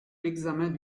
l’examen